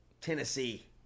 Tennessee